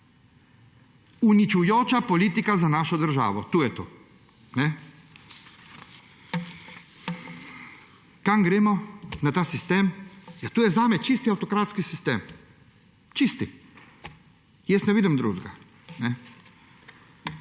Uničujoča politika za našo državo je to. Kam gremo? Na ta sistem? To je zame čisti avtokratski sistem. Jaz ne vidim drugega.